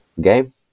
game